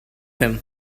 him